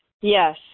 Yes